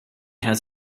has